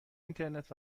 اینترنت